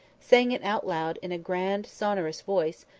saying it out loud in a grand sonorous voice,